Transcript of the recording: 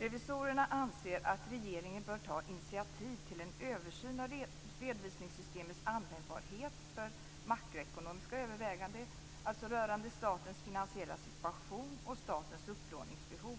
Revisorerna anser att regeringen bör ta initiativ till en översyn av redovisningssystemets användbarhet för makroekonomiska överväganden, alltså rörande statens finansiella situation och statens upplåningsbehov.